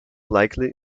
likely